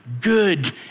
good